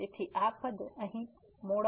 તેથી આ પદ અહીં xN